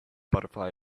butterfly